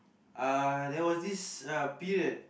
uh there was this uh period